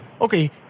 okay